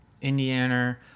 Indiana